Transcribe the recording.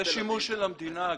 זה שימוש של המדינה.